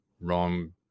wrong